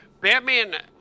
batman